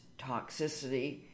toxicity